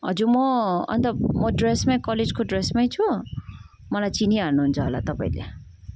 हजुर म अन्त म ड्रेसमै कलेजको ड्रेसमै छु मलाई चिनिहाल्नु हुन्छ होला तपाईँले